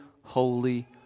holy